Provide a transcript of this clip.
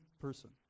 person